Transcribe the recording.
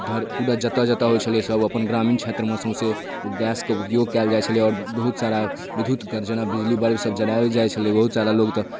घर ओ जतऽ जतऽ होइ छ्लै सब अपन ग्रामीण क्षेत्रमे सौँसे ओ गैसके उपयोग कएल जाइ छलै आओर बहुत सारा विद्युतके जेना बिजली बल्बसब जराएल जाइ छलै बहुत सारा लोक तऽ